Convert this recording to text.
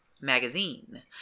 Magazine